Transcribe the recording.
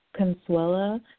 Consuela